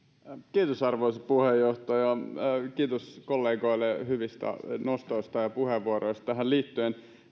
arvoisa puheenjohtaja kiitos kollegoille hyvistä nostoista ja puheenvuoroista tähän liittyen